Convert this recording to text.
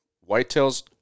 Whitetail's